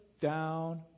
down